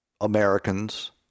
Americans